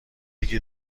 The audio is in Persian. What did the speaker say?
یکی